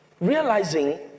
realizing